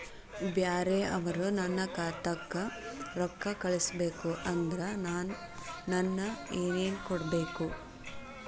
ಬ್ಯಾರೆ ಅವರು ನನ್ನ ಖಾತಾಕ್ಕ ರೊಕ್ಕಾ ಕಳಿಸಬೇಕು ಅಂದ್ರ ನನ್ನ ಏನೇನು ಕೊಡಬೇಕು?